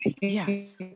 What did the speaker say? Yes